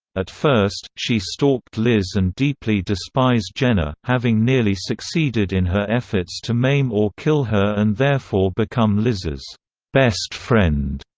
at first, she stalked liz and deeply despised jenna, having nearly succeeded in her efforts to maim or kill her and therefore become liz's best friend.